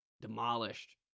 demolished